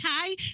okay